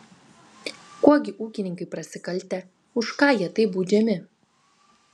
kuo gi ūkininkai prasikaltę už ką jie taip baudžiami